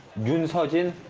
yoon seojin.